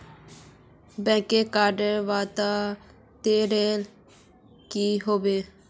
bank टाकार वादा तोरले कि हबे